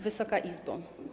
Wysoka Izbo!